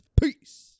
peace